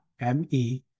M-E